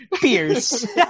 Pierce